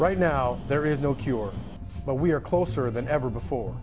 right now there is no cure but we are closer than ever before